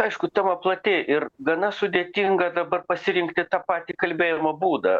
aišku tema plati ir gana sudėtinga dabar pasirinkti tą patį kalbėjimo būdą